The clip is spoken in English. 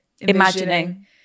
imagining